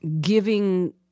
giving